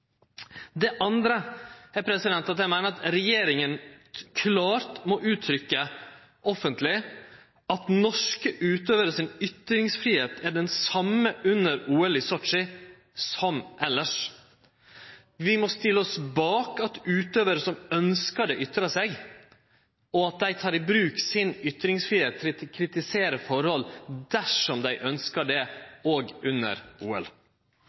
Det andre er at eg meiner at regjeringa klart må uttrykkje offentleg at norske utøvarar sin ytringsfridom er den same under OL i Sotsji som elles. Vi må stille oss bak at utøvarar som ønskjer det, ytrar seg, og at dei tek i bruk ytringsfridomen sin til å kritisere forhold dersom dei ønskjer det, òg under